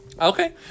Okay